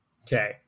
Okay